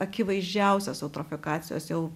akivaizdžiausios eutrofikacijos jau